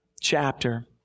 chapter